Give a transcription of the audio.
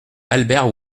albert